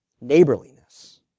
neighborliness